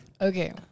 Okay